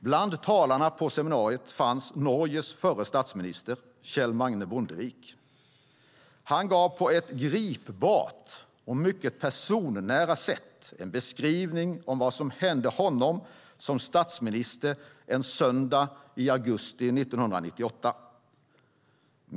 Bland talarna på seminariet fanns Norges förre statsminister Kjell Magne Bondevik. Han gav på ett gripbart och personnära sätt en beskrivning av vad som hände honom som statsminister en söndag i augusti 1998.